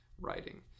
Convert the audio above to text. writing